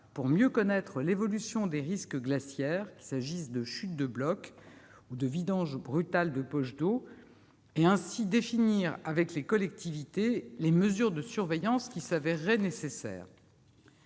pour mieux connaître l'évolution des risques glaciaires, qu'il s'agisse de chutes de blocs ou de vidanges brutales de poches d'eau, et, ainsi, définir avec les collectivités les mesures de surveillance qui s'avéreraient nécessaires.